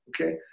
Okay